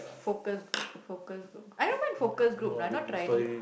focus focus I don't mind focus group I have not tried it